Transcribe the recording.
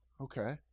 Okay